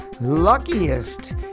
luckiest